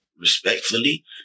respectfully